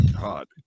God